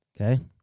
Okay